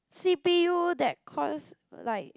C_P_U that cost like